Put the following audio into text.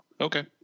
Okay